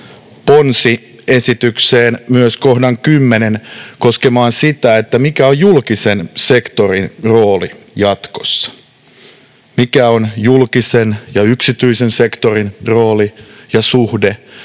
ponsiesitykseen myös kohdan 10 koskemaan sitä, mikä on julkisen sektorin rooli jatkossa, mikä on julkisen ja yksityisen sektorin rooli ja suhde,